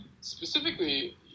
specifically